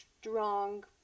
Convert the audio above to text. strong